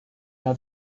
out